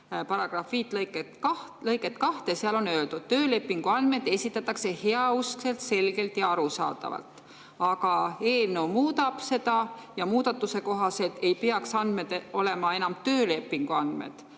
seaduse § 5 lõiget 2, seal on öeldud: töölepingu andmed esitatakse heauskselt, selgelt ja arusaadavalt. Aga eelnõu muudab seda. Muudatuse kohaselt ei peaks andmed olema enam töölepinguandmed